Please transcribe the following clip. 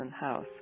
House